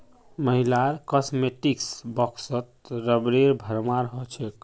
महिलार कॉस्मेटिक्स बॉक्सत रबरेर भरमार हो छेक